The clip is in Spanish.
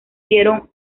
vieron